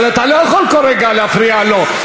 אבל אתה לא יכול כל רגע להפריע לו.